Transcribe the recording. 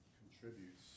contributes